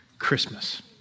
Christmas